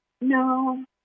No